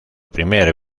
primer